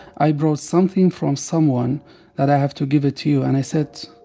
i brought something from someone that i have to give it to you. and i said,